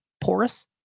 porous